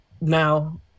now